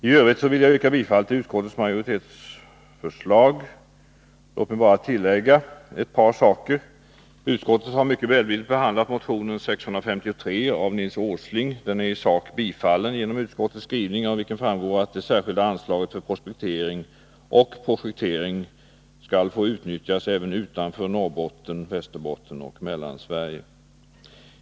I övrigt vill jag yrka bifall till utskottets majoritetsförslag. Låt mig bara tillägga ett par saker! Utskottet har mycket välvilligt behandlat motion 653 av Nils Åsling. Den är i sak tillstyrkt genom utskottets skrivning, av vilken framgår att det särskilda anslaget för prospektering och projektering skall få utnyttjas även utanför Norrbotten, Västerbotten och Mellansverige.